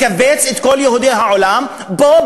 לקבץ את כל יהודי העולם פה,